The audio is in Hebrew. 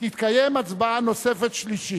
תתקיים הצבעה נוספת, שלישית.